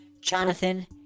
jonathan